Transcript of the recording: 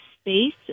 space